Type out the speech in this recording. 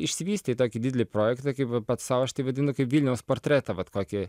išsivystė į tokį didelį projektą kaip vat pats sau aš tai vadinu kaip vilniaus portretą vat kokį